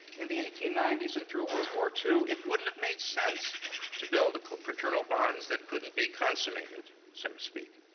in the eighteen ninety s and through world war ii, it wouldn't have made sense to build fraternal bonds that couldn't be consummated, so to speak.